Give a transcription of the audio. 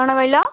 କଣ କହିଲ